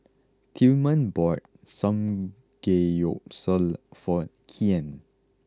Tilman bought Samgeyopsal for Kian